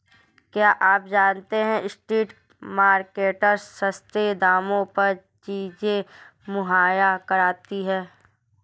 क्या आप जानते है स्ट्रीट मार्केट्स सस्ते दामों पर चीजें मुहैया कराती हैं?